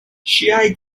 ŝiaj